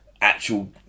Actual